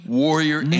warrior